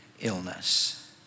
illness